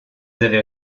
avez